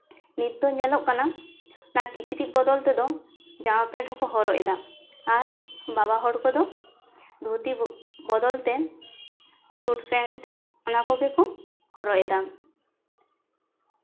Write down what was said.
ᱱᱤᱛ ᱫᱚ ᱧᱮᱞᱚᱜ ᱠᱟᱱᱟ ᱚᱱᱟ ᱠᱤᱪᱨᱤᱪ ᱵᱚᱫᱚᱞ ᱛᱮᱫᱚ ᱡᱟᱢᱟᱯᱮᱱᱴ ᱦᱚᱸᱠᱚ ᱦᱚᱨᱚᱜ ᱮᱫᱟ ᱟᱨ ᱵᱟᱵᱟ ᱦᱚᱲ ᱠᱚᱫᱚ ᱫᱷᱩᱛᱤ ᱵᱚᱫᱚᱞ ᱛᱮ ᱥᱩᱴ ᱯᱮᱱᱴ ᱚᱱᱟ ᱠᱚᱜᱮ ᱠᱚ ᱦᱚᱨᱚᱜ ᱮᱫᱟ